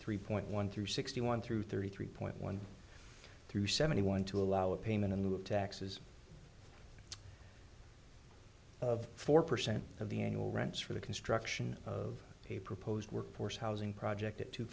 three point one through sixty one through thirty three point one through seventy one to allow a payment in the taxes of four percent of the union or rents for the construction of a proposed workforce housing project at two